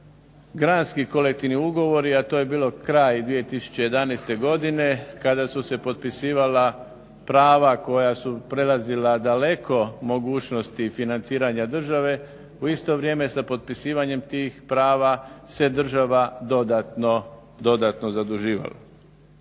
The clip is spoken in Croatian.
gradski kolektivni ugovori, a to je bio kraj 2011. godine, kada su se potpisivala prava koja su prelazila daleko mogućnosti financiranja države, u isto vrijeme sa potpisivanjem tih prava se država dodatno zaduživala.